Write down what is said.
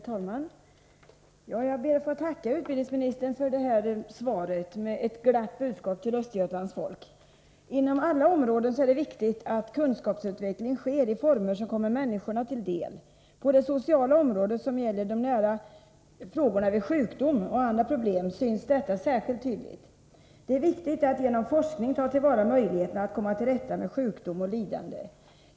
Herr talman! Jag ber att få tacka utbildningsministern för svaret med ett glatt budskap till Östergötlands folk. Inom alla områden är det viktigt att kunskapsutveckling sker i former som kommer människorna till del. På det sociala området, som gäller de nära frågorna vid sjukdom och andra problem, syns detta särskilt tydligt. Det är viktigt att genom forskning ta till vara möjligheter att komma till rätta med sjukdom och lidande.